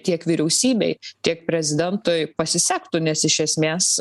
tiek vyriausybei tiek prezidentui pasisektų nes iš esmės